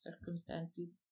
circumstances